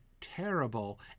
terrible